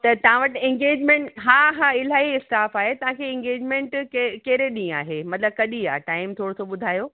त तव्हां वटि इंगेजमेंट हा हा इलाही स्टाफ़ आहे तव्हांखे इंगेजमेंट के कहिड़े ॾींहं आहे मतलबु कॾहिं आहे टाइम थोरोसो ॿुधायो